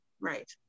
right